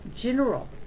general